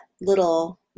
little